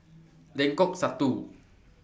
Lengkok Satu